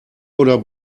oder